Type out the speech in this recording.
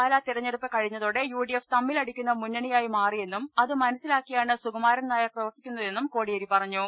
പാലാ തെരഞ്ഞെടുപ്പ് കഴിഞ്ഞ തോടെ യുഡിഎഫ് തമ്മിലടിക്കുന്ന മുന്നണിയായി മാറിയെന്നും അതു മനസ്സിലാക്കിയാണ് സുകുമാരൻനായർ പ്രവർത്തിക്കുന്നതെ ന്നും കോടിയേരി പറഞ്ഞു